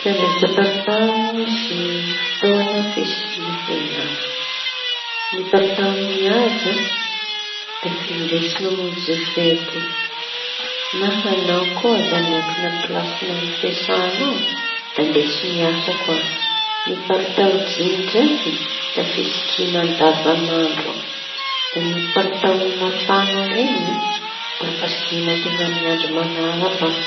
Karazana pallitao sy fotoan fisikiña teña azy. Palitao mihaja da findesy mamonjy fety na añao koa zañy miankiña amy pilasiñao amy fiasañao da ndesy miasa koa. Palitao jiñy ndraiky da fisikiña andavañandro da palitao mafaña reñy da fisikiña teña amy andro mañara.